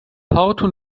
porto